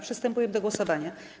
Przystępujemy do głosowania.